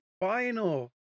final